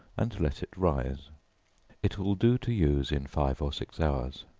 and let it rise it will do to use in five or six hours.